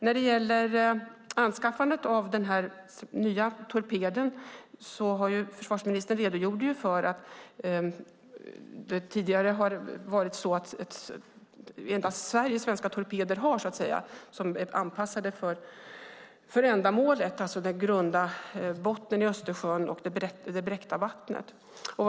När det gäller anskaffandet av den nya torpeden redogjorde försvarsministern för att det tidigare varit så att endast Sverige svenska torpeder har, så att säga, som är anpassade för ändamålet med tanke på det grunda och bräckta vattnet i Östersjön.